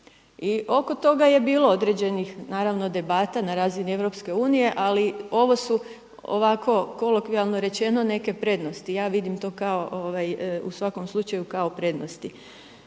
I oko toga je bilo određenih naravno debata na razini EU, ali ovo su ovako kolokvijalno rečeno neke prednosti. Ja vidim to kao u svakom slučaju kao prednosti.